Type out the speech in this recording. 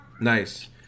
Nice